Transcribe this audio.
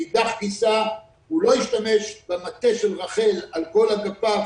מאידך גיסא הוא לא השתמש במטה של רח"ל על כל אגפיו